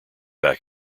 back